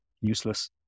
useless